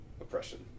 oppression